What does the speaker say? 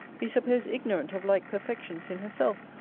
be supposed ignorant of like perfections in herself,